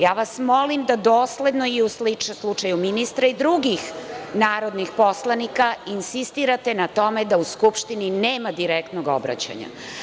Ja vas molim da dosledno i u slučaju ministra i drugih narodnih poslanika insistirate na tome da u Skupštini nema direktnog obraćanja.